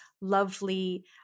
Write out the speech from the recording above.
lovely